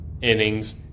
innings